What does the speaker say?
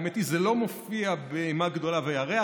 האמת היא שזה לא מופיע ב"אימה גדולה וירח",